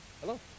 hello